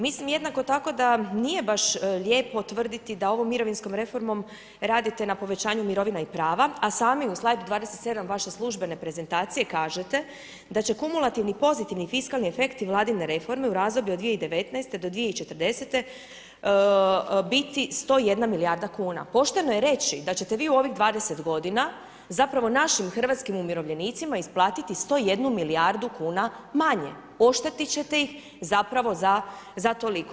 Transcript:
Mislim jednako tako da nije baš lijepo tvrditi da ovom mirovinskom reformom radite na povećanju mirovina i prava, a sami u slajd 27 vaše službene prezentacije kažete da će kumulativni pozitivni fiskalni efekti vladine reforme u razdoblju od 2019. do 2040. biti 101 milijarda kuna. pošteno je reći da ćete vi u ovih 20 godina zapravo našim hrvatskim umirovljenicima isplatiti 101 milijardu kuna manje, oštetit ćete ih zapravo za toliko.